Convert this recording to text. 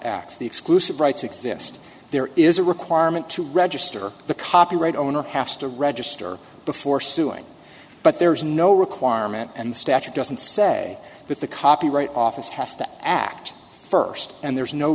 the exclusive rights exist there is a requirement to register the copyright owner has to register before suing but there is no requirement and the statute doesn't say that the copyright office has to act first and there's no